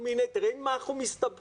תראה עם מה אנחנו מסתבכים,